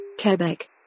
Quebec